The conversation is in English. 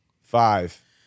Five